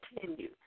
continue